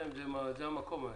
מה